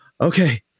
okay